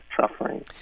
suffering